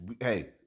hey